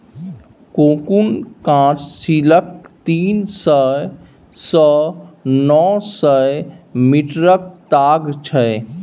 cocoon काँच सिल्कक तीन सय सँ नौ सय मीटरक ताग छै